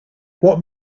what